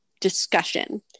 discussion